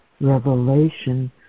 revelation